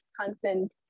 constant